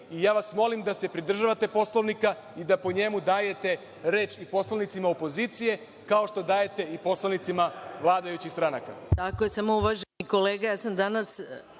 Ja vas molim da se pridržavate Poslovnika i da po njemu dajete reč i poslanicima opozicije kao što dajete i poslanicima vladajućih stranaka.